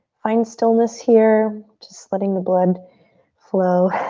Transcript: find stillness here. just letting the blood flow